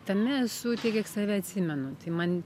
tame esu tiek kiek save atsimenu tai man